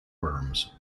worms